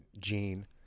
gene